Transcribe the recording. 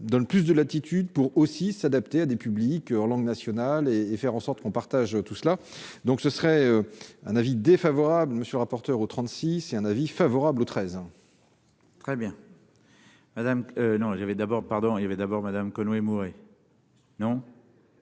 donne plus de latitude pour aussi s'adapter à des publics en langue nationale et et faire en sorte qu'on partage tout cela, donc ce serait un avis défavorable, monsieur rapporteur au 36 et un avis favorable au 13 ans. Très bien. Madame, non, j'avais d'abord pardon, il y avait d'abord Madame Conway Mouret. Non.